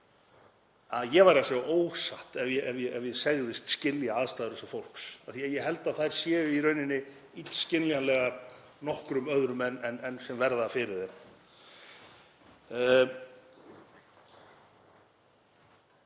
að ég væri að segja ósatt ef ég segðist skilja aðstæður þessa fólks af því að ég held að þær séu í rauninni illskiljanlegar nokkrum öðrum en þeim sem verða fyrir þeim.